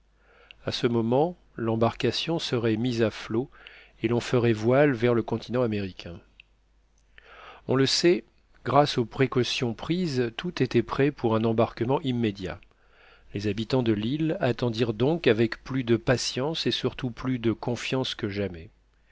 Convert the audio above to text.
à ce moment l'embarcation serait mise à flot et l'on ferait voile vers le continent américain on le sait grâce aux précautions prises tout était prêt pour un embarquement immédiat les habitants de l'île attendirent donc avec plus de patience et surtout plus de confiance que jamais